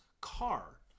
car